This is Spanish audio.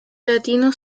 latino